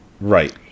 Right